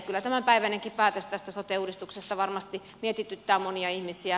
kyllä tämänpäiväinenkin päätös sote uudistuksesta varmasti mietityttää monia ihmisiä